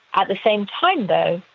at the same time though,